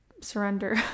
surrender